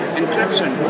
encryption